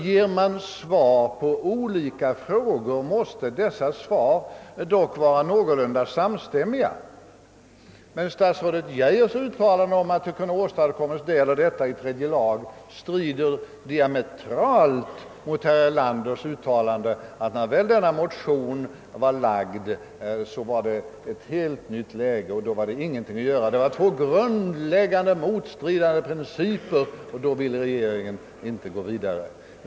Ger man svar på olika frågor måste dessa svar dock vara någorlunda samstämmiga. Men statsrådet Geijers uttalande, att något kunde ha åstadkommits i tredje lagutskottet, strider diametralt mot herr Erlanders uttalande, att när väl propositionen var framlagd uppstod ett helt nytt läge och då var ingenting att göra. Det fanns så grundläggande motstridiga principer, och då ville regeringen inte gå vidare, sade herr Erlander.